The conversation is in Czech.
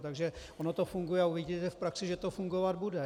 Takže ono to funguje a uvidíte v praxi, že to fungovat bude.